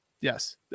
Yes